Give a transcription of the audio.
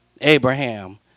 Abraham